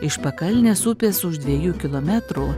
iš pakalnės upės už dviejų kilometrų